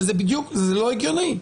זה לא הגיוני.